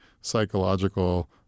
psychological